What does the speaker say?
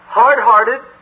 hard-hearted